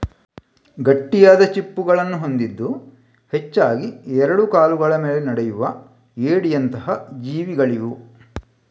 ಗಟ್ಟಿಯಾದ ಚಿಪ್ಪುಗಳನ್ನ ಹೊಂದಿದ್ದು ಹೆಚ್ಚಾಗಿ ಎರಡು ಕಾಲುಗಳ ಮೇಲೆ ನಡೆಯುವ ಏಡಿಯಂತ ಜೀವಿಗಳಿವು